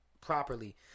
properly